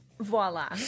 Voila